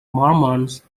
mormons